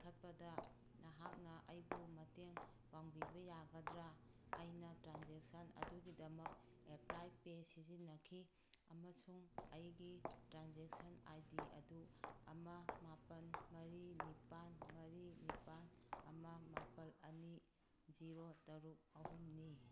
ꯀꯛꯊꯠꯄꯗ ꯃꯍꯥꯛꯅ ꯑꯩꯕꯨ ꯃꯇꯦꯡ ꯄꯥꯡꯕꯤꯕ ꯌꯥꯒꯗ꯭ꯔꯥ ꯑꯩꯅ ꯇ꯭ꯔꯥꯟꯖꯦꯛꯁꯟ ꯑꯗꯨꯒꯤꯗꯃꯛ ꯑꯦꯄ꯭ꯂꯥꯏ ꯄꯦꯖ ꯁꯤꯖꯤꯟꯅꯈꯤ ꯑꯃꯁꯨꯡ ꯑꯩꯒꯤ ꯇ꯭ꯔꯥꯟꯖꯦꯛꯁꯟ ꯑꯥꯏ ꯗꯤ ꯑꯗꯨ ꯑꯃ ꯃꯥꯄꯜ ꯃꯔꯤ ꯅꯤꯄꯥꯜ ꯃꯔꯤ ꯅꯤꯄꯥꯜ ꯑꯃ ꯃꯥꯄꯜ ꯑꯅꯤ ꯖꯤꯔꯣ ꯇꯔꯨꯛ ꯑꯍꯨꯝꯅꯤ